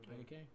Okay